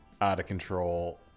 out-of-control